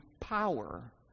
power